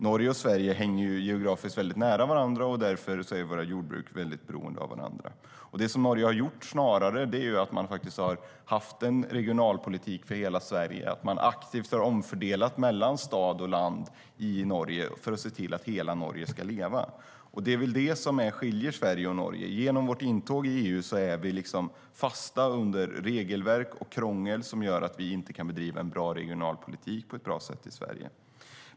Norge och Sverige hänger nära ihop geografiskt, och därför är våra jordbruk beroende av varandra. Norge har snarare haft en regionalpolitik för hela Norge. Man har aktivt omfördelat mellan stad och land i Norge för att se till att hela Norge ska leva. Det är väl det som skiljer Sverige och Norge åt. Genom Sveriges intåg i EU är vi fast under regelverk och krångel som gör att vi inte kan bedriva en bra regionalpolitik.